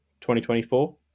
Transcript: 2024